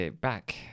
back